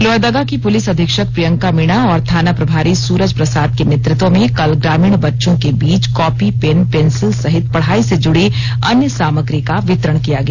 लोहरदगा के पुलिस अधीक्षक प्रियंका मीना और थाना प्रभारी सुरज प्रसाद के नेतृत्व में कल ग्रामीण बच्चों के बीच पढ़ाई से जुड़ी कॉपी पेन पेन्सिल सहित पढ़ाई से जुड़ी अन्य सामग्री का वितरण किया गया